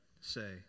say